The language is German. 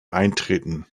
eintreten